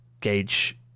gauge